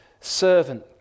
servant